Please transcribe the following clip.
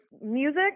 music